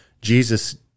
Jesus